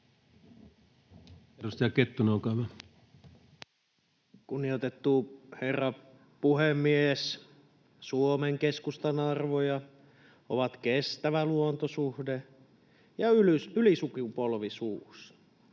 Kunnioitettu herra puhemies! Suomen Keskustan arvoja ovat kestävä luontosuhde ja ylisukupolvisuus,